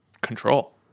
control